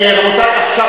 רבותי.